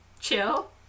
chill